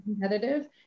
competitive